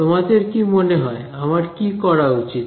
তোমাদের কি মনে হয় আমার কি করা উচিত